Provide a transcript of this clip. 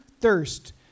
thirst